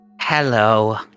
Hello